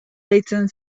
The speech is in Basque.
deitzen